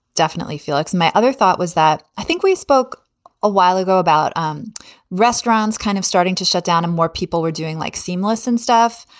definitely feel like my other thought was that. i think we spoke a while ago about um restaurants kind of starting to shut down and more people were doing like seemless and stuff.